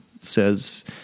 says